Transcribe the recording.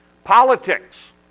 politics